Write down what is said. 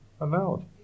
allowed